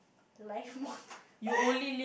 life motto